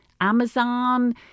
Amazon